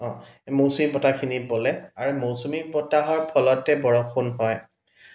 মৌচুমী বতাহখিনি বলে আৰু মৌচুমী বতাহৰ ফলতে বৰষুণ হয়